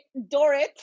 Dorit